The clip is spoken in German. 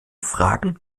fragen